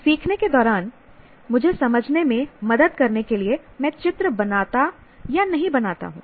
सीखने के दौरान मुझे समझने में मदद करने के लिए मैं चित्र बनाता या नहीं बनाता हूं